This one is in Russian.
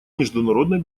международной